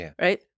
right